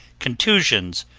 contusions,